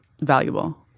Valuable